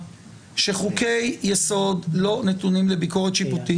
שחוקי יסוד לא נתונים לביקורת שיפוטית,